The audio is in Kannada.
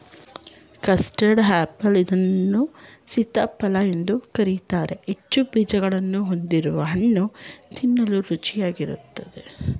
ಕಸ್ಟರ್ಡ್ ಆಪಲ್ ಇದನ್ನು ಸೀತಾಫಲ ಎಂದು ಕರಿತಾರೆ ಹೆಚ್ಚು ಬೀಜಗಳನ್ನು ಹೊಂದಿರುವ ಹಣ್ಣು ತಿನ್ನಲು ರುಚಿಯಾಗಿರುತ್ತದೆ